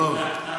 לומדים הכול.